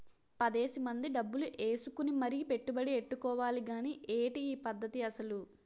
పదేసి మంది డబ్బులు ఏసుకుని మరీ పెట్టుబడి ఎట్టుకోవాలి గానీ ఏటి ఈ పద్దతి అసలు?